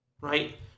right